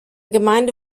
gemeinde